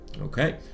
okay